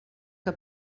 què